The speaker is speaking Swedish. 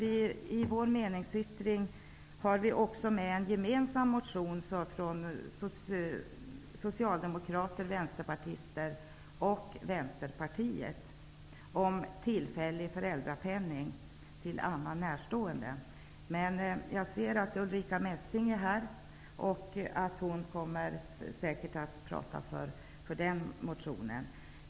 Till vår meningsyttring finns en gemensam motion av socialdemokrater, vänsterpartister och centerpartister om tillfällig föräldrapenning till annan närstående än förälder. Jag ser att Ulrica Messing är här, och hon kommer säkert att prata för den motionen.